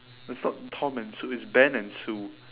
it's not tom and sue it's ben and sue